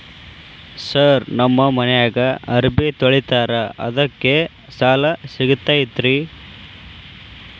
Sir ನಮ್ಮ ಮನ್ಯಾಗ ಅರಬಿ ತೊಳಿತಾರ ಅದಕ್ಕೆ ಸಾಲ ಸಿಗತೈತ ರಿ?